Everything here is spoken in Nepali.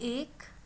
एक